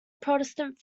protestant